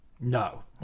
No